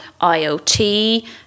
IoT